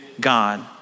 God